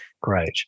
Great